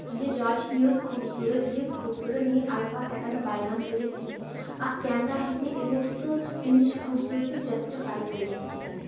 یہِ جاے چھِ یٖژۍ خوٗبصوٗرت یٖژۍ خوٗبصوٗرت میٲنۍ الفاظ ہیٚکن نہٕ بیان کٔرِتھ کہینۍ اکھ کیمرہ ہیٚکہِ نہٕ اَمیُک سُہ ایمِچ خوٗبصورتی جسٹِفاے کٔرتھ کِہینۍ